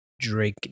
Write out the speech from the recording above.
drake